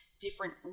different